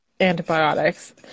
antibiotics